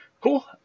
Cool